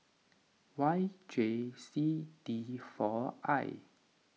Y J C D four I